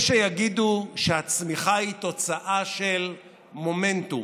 יש שיגידו שהצמיחה היא תוצאה של מומנטום.